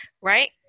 Right